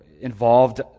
involved